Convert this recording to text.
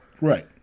Right